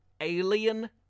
alien